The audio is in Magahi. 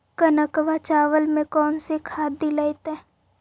कनकवा चावल में कौन से खाद दिलाइतै?